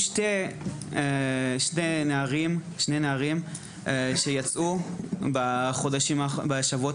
שני נערים מחבלים יצאו בשבועות